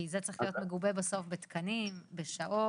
כי זה צריך להיות מגובה בסוף בתקנים, בשעות,